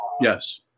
Yes